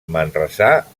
manresà